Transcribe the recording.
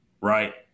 Right